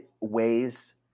weighs